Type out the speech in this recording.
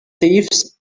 thieves